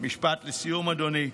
משפט לסיום, אדוני.